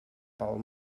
pel